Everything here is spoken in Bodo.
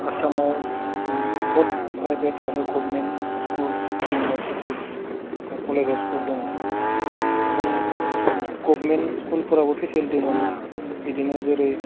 आसामाव बहुद प्राइभेट आरो गभार्नमेन्ट स्कुलस इउनिभारसिटिस बा कलेजेसफोर दङ जों गभार्नमेन्ट स्कुलफोरावबो फेसेलिटि मोनो बिदिनो जेरै